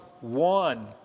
one